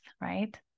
right